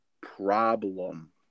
problem